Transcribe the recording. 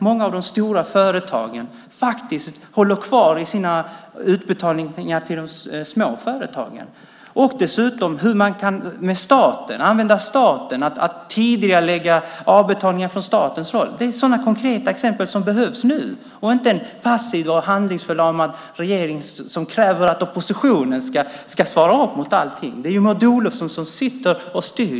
Många av de stora företagen håller nämligen inne med sina betalningar till de små företagen. Dessutom kunde man använda sig av staten genom att tidigarelägga avbetalningar från statligt håll. Det är sådana konkreta åtgärder som nu behövs, inte en passiv och handlingsförlamad regering som kräver att oppositionen ska svara upp mot allting. Det är ju Maud Olofsson som nu sitter och styr.